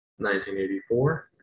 1984